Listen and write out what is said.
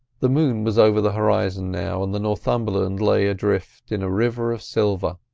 the moon was over the horizon now, and the northumberland lay adrift in a river of silver.